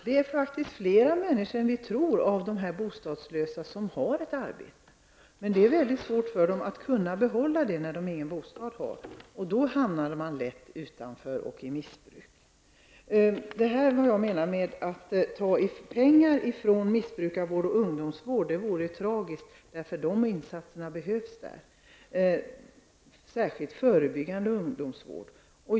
Herr talman! Fler än vi tror av de bostadslösa har ett arbete. Men det är mycket svårt för dem att behålla det när de ingen bostad har. Man hamnar lätt utanför och i missbruk. Det vore tragiskt om man tog pengar från missbrukarvård och ungdomsvård. De insatserna behövs där, och det gäller särskilt förebyggande ungdomsvård.